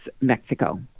Mexico